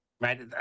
right